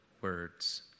words